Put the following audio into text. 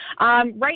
right